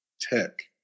tech